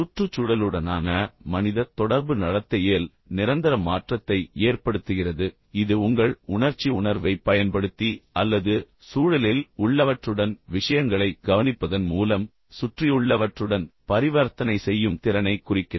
சுற்றுச்சூழலுடனான மனித தொடர்பு நடத்தையில் நிரந்தர மாற்றத்தை ஏற்படுத்துகிறது இது உங்கள் உணர்ச்சி உணர்வைப் பயன்படுத்தி அல்லது சூழலில் உள்ளவற்றுடன் விஷயங்களைக் கவனிப்பதன் மூலம் சுற்றியுள்ளவற்றுடன் பரிவர்த்தனை செய்யும் திறனைக் குறிக்கிறது